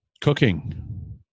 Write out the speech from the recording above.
Cooking